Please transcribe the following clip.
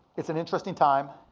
it's an interesting time.